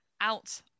out